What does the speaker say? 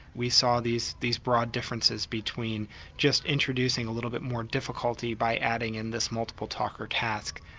we saw these these broad differences between just introducing a little bit more difficulty by adding in this multiple-talker task.